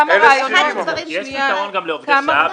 בתקנות יש פתרון גם לעובדי שעה.